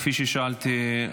כפי ששאלתי,